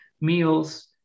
meals